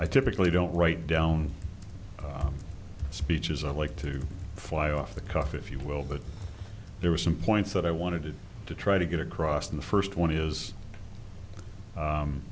i typically don't write down speeches i like to fly off the cuff if you will but there was some points that i wanted to try to get across in the first one is